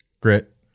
Grit